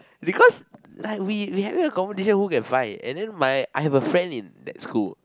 because like we we have a competition we could find it and then my I have a friend in that school